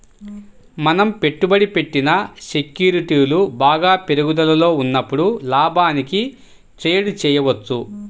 మనం పెట్టుబడి పెట్టిన సెక్యూరిటీలు బాగా పెరుగుదలలో ఉన్నప్పుడు లాభానికి ట్రేడ్ చేయవచ్చు